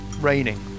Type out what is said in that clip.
raining